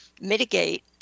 mitigate